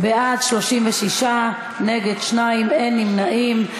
בעד, 36, נגד, 2, אין נמנעים.